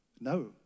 No